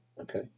Okay